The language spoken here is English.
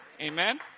Amen